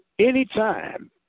Anytime